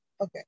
okay